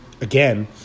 again